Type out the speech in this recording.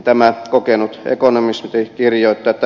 tämä kokenut ekonomisti kirjoittaa